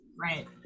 right